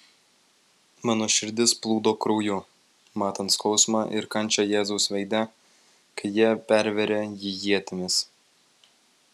mano širdis plūdo krauju matant skausmą ir kančią jėzaus veide kai jie pervėrė jį ietimis